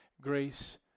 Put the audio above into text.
grace